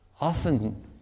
often